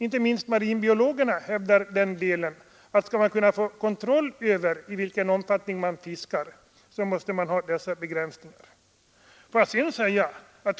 Inte minst marinbiologerna hävdar att man måste ha denna begränsning för att man skall kunna få kontroll över i vilken omfattning fiske bedrivs.